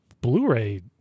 Blu-ray